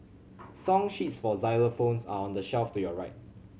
song sheets for xylophones are on the shelf to your right